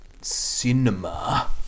cinema